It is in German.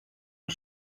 und